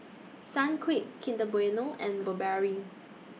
Sunquick Kinder Bueno and Burberry